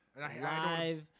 Live